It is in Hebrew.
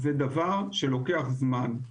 זה דבר שלוקח זמן.